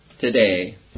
today